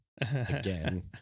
again